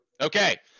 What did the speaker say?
Okay